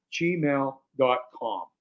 gmail.com